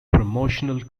promotional